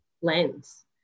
lens